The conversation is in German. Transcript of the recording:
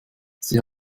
sie